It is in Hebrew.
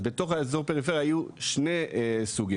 אז בתוך אזור הפריפריה יהיו שני סוגים,